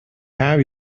have